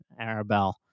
Arabelle